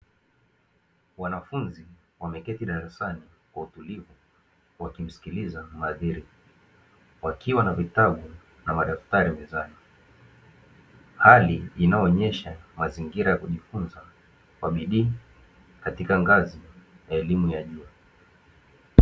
Wanafunzi wameketi darasani kwa utulivu wakimskiliza mhadhiri wakiwa na vitabu na madaftari mezani. Hali inayoonesha mazingira ya kujifunza kwa bidii, katika ngazi ya elimu ya juu.